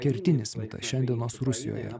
kertinis mitas šiandienos rusijoje